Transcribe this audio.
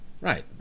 Right